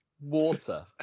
water